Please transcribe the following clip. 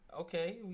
Okay